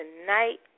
tonight